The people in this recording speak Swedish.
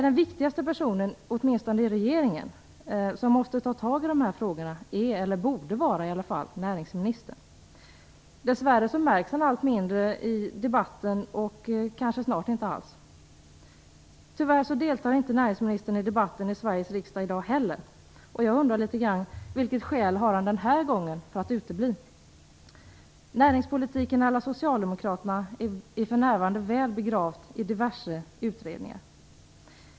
Den viktigaste personen när det gäller att ta tag i dessa frågor, åtminstone i regeringen, är eller borde i varje fall vara näringsministern. Dess värre märks han allt mindre i debatten, och kanske snart inte alls. Tyvärr deltar inte näringsministern i debatten i Sveriges riksdag i dag heller. Jag undrar vilket skäl för att utebli han har denna gång. Näringspolitiken à la Socialdemokraterna är för närvarande väl begravd i diverse utredningar.